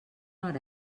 hora